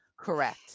Correct